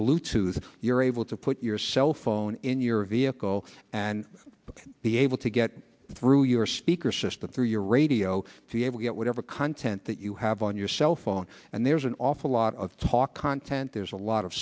bluetooth you're able to put your cell phone in your vehicle and be able to get through your speaker system through your radio to be able to get whatever content that you have on your cell phone and there's an awful lot of talk content there's a lot of